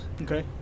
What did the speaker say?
Okay